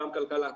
פעם כלכלה,